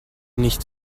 nicht